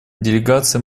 делегации